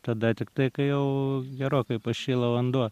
tada tiktai kai jau gerokai pašyla vanduo